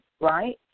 right